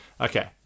Okay